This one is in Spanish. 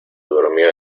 durmió